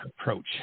approach